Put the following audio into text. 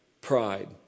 pride